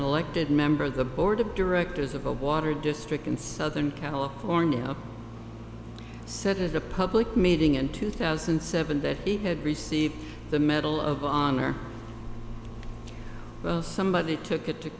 elected member of the board of directors of a water district in southern california said as a public meeting in two thousand and seven that he had received the medal of honor somebody took it to